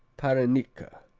parenica